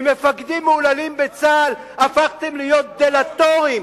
ממפקדים מהוללים בצה"ל הפכתם להיות דלטורים.